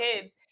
kids